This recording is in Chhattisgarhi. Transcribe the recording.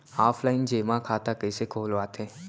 ऑफलाइन जेमा खाता कइसे खोलवाथे?